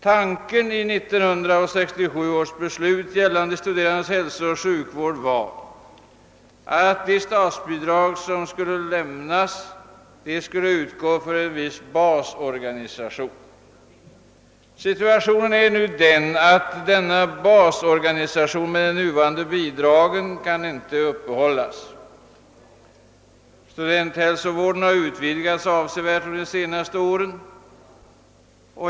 Tanken i 1967 års beslut gällande de studerandes hälsooch sjukvård var, att statsbidragen skulle utgå för en viss basorganisation. Situationen är nu den att denna basorganisation inte kan uppehållas med de nuvarande bidragen. Studerandehälsovården har utvidgats avsevärt under de senaste åren.